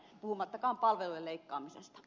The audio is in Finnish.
puhumattakaan palvelujen leikkaamisesta